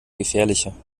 gefährlicher